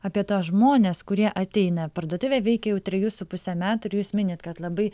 apie tuos žmones kurie ateina parduotuvė veikia jau trejus su puse metų ir jūs minit kad labai